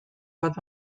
bat